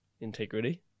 integrity